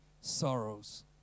sorrows